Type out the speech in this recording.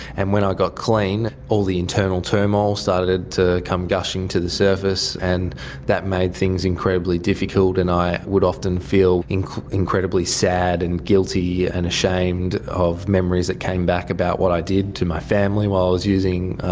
and when i got clean, all the internal turmoil started to come gushing to the surface and that made things incredibly difficult, and i would often feel incredibly sad and guilty and ashamed of memories that came back about what i did to my family while i was using.